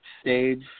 stage